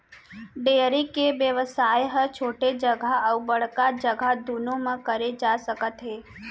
dairy के बेवसाय ह छोटे जघा अउ बड़का जघा दुनों म करे जा सकत हे